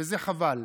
וזה חבל.